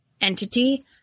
entity